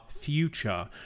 Future